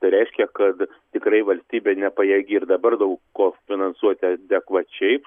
tai reiškia kad tikrai valstybė nepajėgi ir dabar daug ko finansuoti adekvačiai